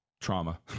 trauma